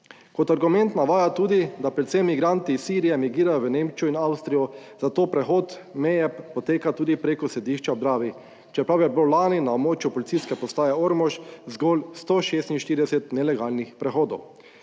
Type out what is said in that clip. Kot argument navaja tudi, da predvsem migranti iz Sirije migrirajo v Nemčijo in Avstrijo, zato prehod meje poteka tudi preko Središča ob Dravi, čeprav je bilo lani na območju Policijske postaje Ormož zgolj 146 nelegalnih prehodov.